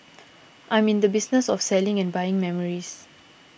I'm in the business of selling and buying memories